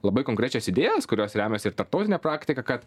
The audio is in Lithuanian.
labai konkrečios idėjos kurios remiasi ir tarptautine praktika kad